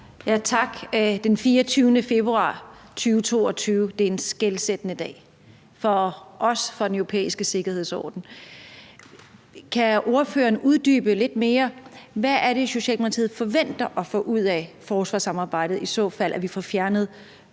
Tak. Den 24. februar 2022 er en skelsættende dag for os og for den europæiske sikkerhedsorden. Kan ordføreren uddybe lidt mere, hvad det er, Socialdemokratiet forventer at få ud af forsvarssamarbejdet, i fald vi får fjernet